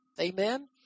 Amen